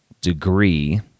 degree